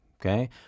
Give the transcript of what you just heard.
okay